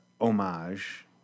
homage